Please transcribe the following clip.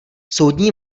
soudní